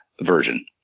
version